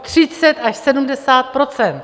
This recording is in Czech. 30 až 70 %.